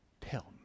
Tell